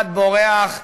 אחד בורח,